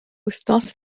wythnos